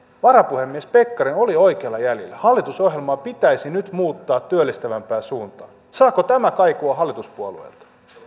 varapuhemies pekkarinen oli oikeilla jäljillä hallitusohjelmaa pitäisi nyt muuttaa työllistävämpään suuntaan saako tämä kaikua hallituspuolueilta